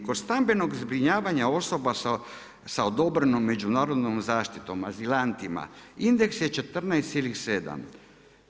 Od stambenog zbrinjavanja osoba sa odobrenom međunarodnom zaštitom, azilantima, indeks je 14,7.